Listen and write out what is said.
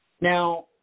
Now